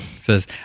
says